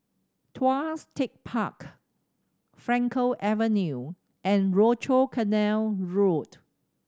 Tuas Tech Park Frankel Avenue and Rochor Canal Road